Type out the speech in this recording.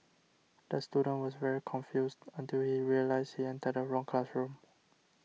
the student was very confused until he realised he entered the wrong classroom